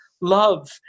love